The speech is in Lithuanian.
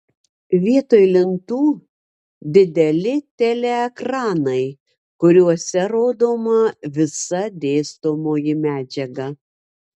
vietoj lentų dideli teleekranai kuriuose rodoma visa dėstomoji medžiaga